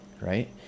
right